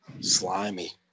Slimy